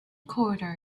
quarter